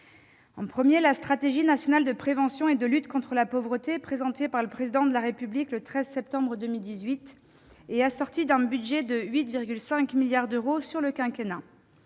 priorité, la stratégie nationale de prévention et de lutte contre la pauvreté présentée par le Président de la République le 13 septembre 2018 est assortie d'un budget de 8,5 milliards d'euros sur le quinquennat.